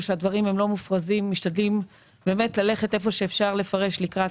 שהדברים לא מופרזים משתדלים באמת איפה שאפשר לפרש לקראת,